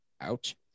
Ouch